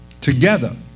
together